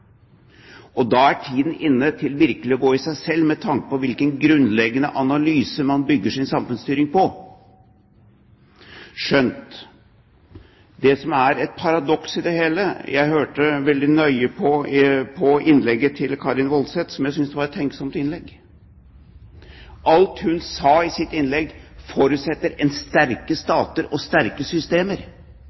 Da er tiden inne til virkelig å gå i seg selv med tanke på hvilken grunnleggende analyse man bygger sin samfunnsstyring på. Skjønt det er et paradoks i det hele: Jeg hørte veldig nøye på innlegget til Karin S. Woldseth, som jeg synes var et tenksomt innlegg. Alt hun sa i sitt innlegg, forutsetter sterke stater og sterke systemer.